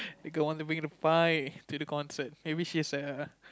the girl want to bring the pie to the concert maybe she has a